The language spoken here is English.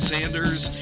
Sanders